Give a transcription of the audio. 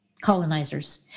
colonizers